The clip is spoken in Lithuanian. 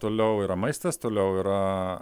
toliau yra maistas toliau yra